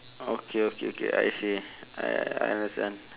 okay okay okay I see I understand